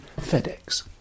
FedEx